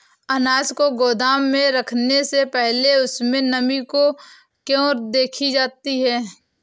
अनाज को गोदाम में रखने से पहले उसमें नमी को क्यो देखी जाती है?